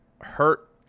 hurt